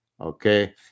Okay